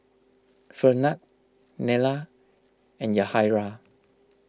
Fernand Nella and Yahaira